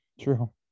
true